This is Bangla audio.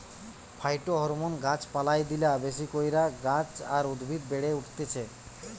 ফাইটোহরমোন গাছ পালায় দিলা বেশি কইরা গাছ আর উদ্ভিদ বেড়ে উঠতিছে